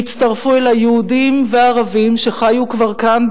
והצטרפו אל היהודים והערבים שכבר חיו כאן,